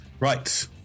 Right